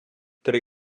три